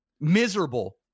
miserable